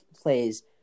plays